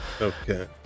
Okay